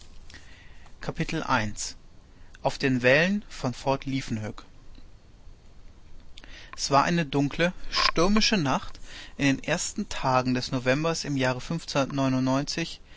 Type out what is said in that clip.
auf den wällen von fort liefkenhoek es war eine dunkle stürmische nacht in den ersten tagen des novembers im jahre